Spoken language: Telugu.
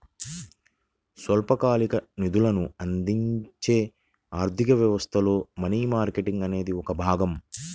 స్వల్పకాలిక నిధులను అందించే ఆర్థిక వ్యవస్థలో మనీ మార్కెట్ అనేది ఒక భాగం